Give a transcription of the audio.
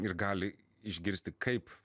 ir gali išgirsti kaip